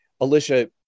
Alicia